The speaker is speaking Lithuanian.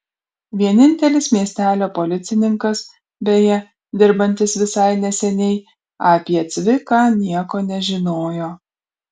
vienintelis miestelio policininkas beje dirbantis visai neseniai apie cviką nieko nežinojo